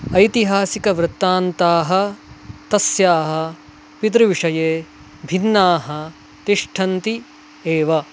ऐतिहासिकवृत्तान्ताः तस्याः पितृविषये भिन्नाः तिष्ठन्ति एव